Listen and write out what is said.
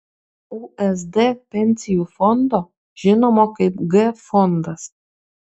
usd pensijų fondo žinomo kaip g fondas